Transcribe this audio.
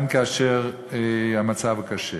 גם כאשר המצב קשה.